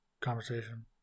conversation